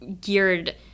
geared